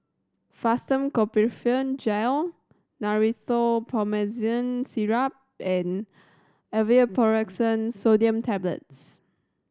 Fastum Ketoprofen Gel Rhinathiol Promethazine Syrup and Aleve Naproxen Sodium Tablets